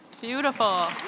Beautiful